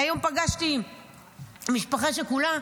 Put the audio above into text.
היום פגשתי משפחה שכולה,